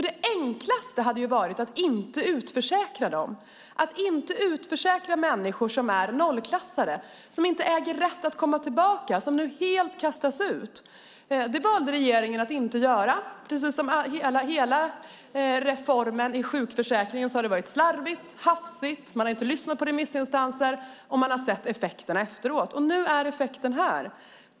Det enklaste hade varit att inte utförsäkra dem, inte utförsäkra människor som är nollklassade, som inte äger rätt att komma tillbaka, som helt kastas ut. Så valde inte regeringen att göra. Precis som i hela reformen om sjukförsäkringen har det varit slarvigt, hafsigt, regeringen har inte lyssnat på remissinstanser och man har sett effekterna efteråt. Nu är effekten här.